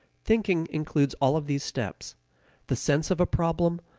thinking includes all of these steps the sense of a problem,